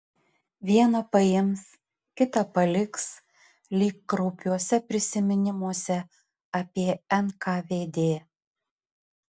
vieną paims kitą paliks lyg kraupiuose prisiminimuose apie nkvd